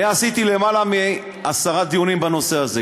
אני עשיתי למעלה מעשרה דיונים בנושא הזה.